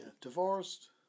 Divorced